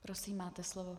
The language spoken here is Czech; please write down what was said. Prosím, máte slovo.